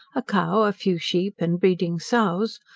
a cow, a few sheep and breeding sows,